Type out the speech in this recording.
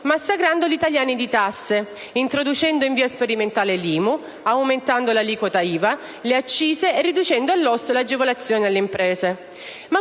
Massacrando gli italiani di tasse, introducendo in via sperimentale l'IMU, aumentando l'aliquota IVA, le accise e riducendo all'osso le agevolazioni alle imprese. Ma